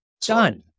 Done